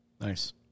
Nice